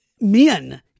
men